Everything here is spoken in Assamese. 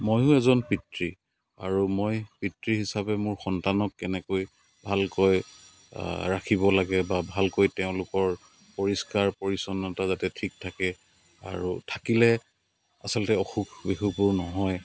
ময়ো এজন পিতৃ আৰু মই পিতৃ হিচাপে মোৰ সন্তানক কেনেকৈ ভালকৈ ৰাখিব লাগে বা ভালকৈ তেওঁলোকৰ পৰিষ্কাৰ পৰিচ্ছন্নতা যাতে ঠিক থাকে আৰু থাকিলে আচলতে অসুখ বিসুখবোৰ নহয়